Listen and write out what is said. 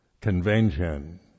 Convention